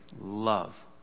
love